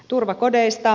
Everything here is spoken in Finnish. turvakodeista